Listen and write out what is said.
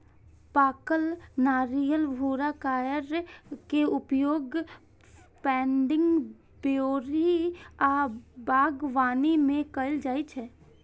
पाकल नारियलक भूरा कॉयर के उपयोग पैडिंग, बोरी आ बागवानी मे कैल जाइ छै